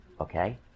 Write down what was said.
okay